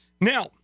Now